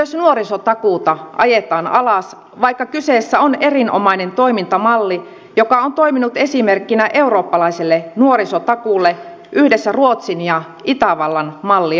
myös nuorisotakuuta ajetaan alas vaikka kyseessä on erinomainen toimintamalli joka on toiminut esimerkkinä eurooppalaiselle nuorisotakuulle yhdessä ruotsin ja itävallan mallien kanssa